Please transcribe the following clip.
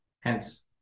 hence